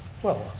well,